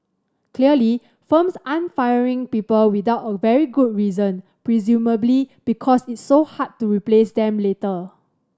clearly firms aren't firing people without a very good reason presumably because it's so hard to replace them later